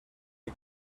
que